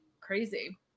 crazy